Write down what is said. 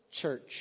church